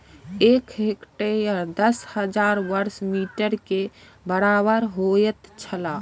एक हेक्टेयर दस हजार वर्ग मीटर के बराबर होयत छला